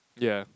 yeah